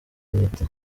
impeta